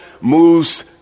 moves